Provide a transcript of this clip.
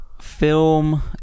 film